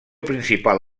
principal